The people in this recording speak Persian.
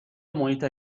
محیط